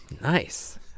nice